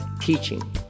teaching